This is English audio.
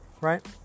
right